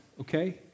okay